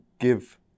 give